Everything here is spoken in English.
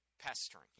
pestering